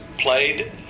played